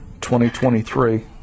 2023